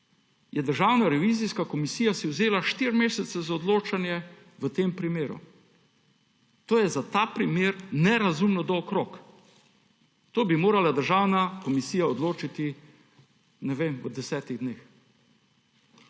je Državna revizijska komisija vzela štiri mesece za odločanje v tem primeru. To je za ta primer nerazumno dolg rok. To bi morala Državna komisija odločiti, ne vem, v desetih dneh.